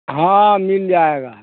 हाँ मिल जाएगा